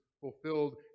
fulfilled